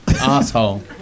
Asshole